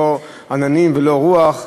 לא עננים ולא רוח,